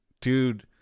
dude